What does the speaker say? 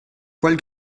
poils